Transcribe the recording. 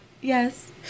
Yes